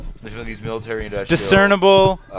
Discernible